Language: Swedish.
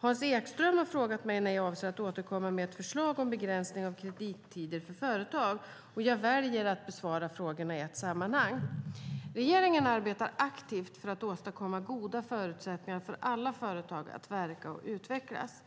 Hans Ekström har frågat mig när jag avser att återkomma med ett förslag om begränsning av kredittider för företag. Jag väljer att besvara frågorna i ett sammanhang. Regeringen arbetar aktivt med att åstadkomma goda förutsättningar för alla företag att verka och utvecklas.